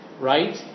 right